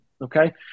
Okay